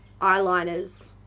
eyeliners